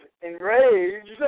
enraged